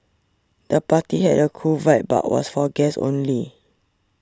the party had a cool vibe but was for guests only